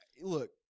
Look